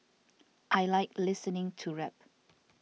I like listening to rap